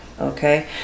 okay